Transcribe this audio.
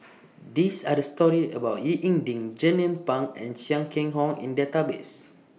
These Are The stories about Ying E Ding Jernnine Pang and Chia Keng Hock in Database